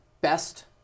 best